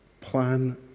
plan